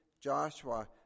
Joshua